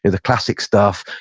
the classic stuff,